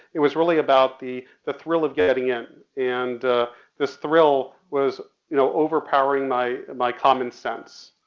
it was really about the, the thrill of getting in and this thrill was you know overpowering my, my common sense.